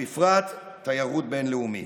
ובפרט תיירות בין-לאומית.